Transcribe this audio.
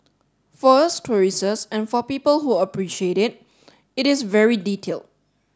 for us tourists and for people who appreciate it it is very detailed